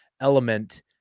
element